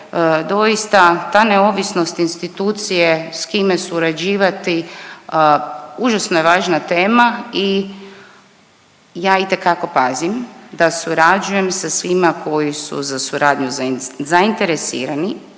Doista ta neovisnost institucije s kime surađivati užasno je važna tema i ja itekako pazim da surađujem sa svima koji su za suradnju zainteresirani,